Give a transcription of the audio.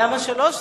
למה שלוש?